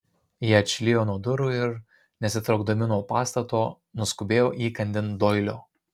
jie atšlijo nuo durų ir nesitraukdami nuo pastato nuskubėjo įkandin doilio